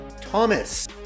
Thomas